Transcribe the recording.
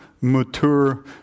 mature